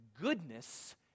goodness